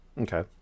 okay